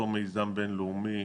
אותו מיזם בין-לאומי,